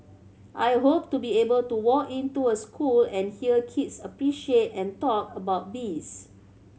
I hope to be able to walk into a school and hear kids appreciate and talk about bees